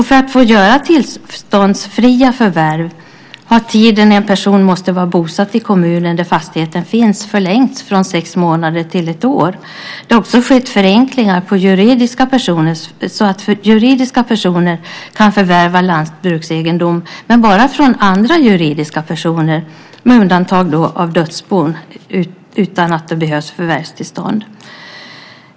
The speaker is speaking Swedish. För att få göra tillståndsfria förvärv har tiden som en person måste vara bosatt i kommunen där fastigheten finns förlängts från sex månader till ett år. Det har också skett förenklingar så att juridiska personer kan förvärva lantbruksegendom, men bara från andra juridiska personer, med undantag av dödsbon, utan att det behövs förvärvstillstånd.